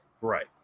right